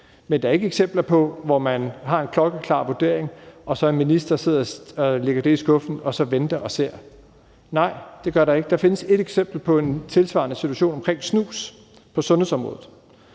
men der er ikke eksempler på, at man har en klokkeklar vurdering, og at en minister så lægger den i skuffen og så venter og ser. Nej, det findes der ikke eksempler på. Der findes ét eksempel på en tilsvarende situation på sundhedsområdet